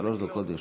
שלוש דקות לרשותך.